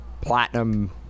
platinum